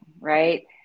right